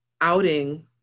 outing